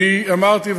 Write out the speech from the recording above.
אמרתי,